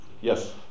Yes